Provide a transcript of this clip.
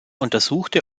untersuchte